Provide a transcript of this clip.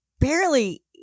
barely